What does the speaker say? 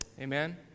Amen